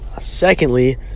Secondly